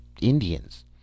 Indians